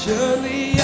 Surely